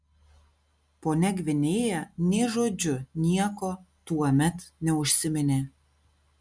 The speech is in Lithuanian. ponia gvinėja nė žodžiu nieko tuomet neužsiminė